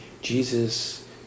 Jesus